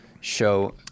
show